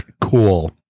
cool